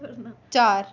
चार